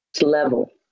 level